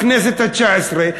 בכנסת התשע-עשרה,